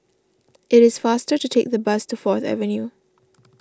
it is faster to take the bus to Fourth Avenue